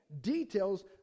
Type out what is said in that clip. details